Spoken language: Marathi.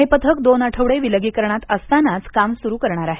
हे पथक दोन आठवडे विलगीकरणात असतानाच काम सुरू करणार आहे